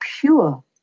pure